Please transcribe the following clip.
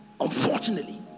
unfortunately